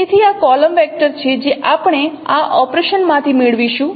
તેથી આ column vector છે જે આપણે આ ઓપરેશન માંથી મેળવીશું